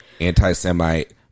anti-Semite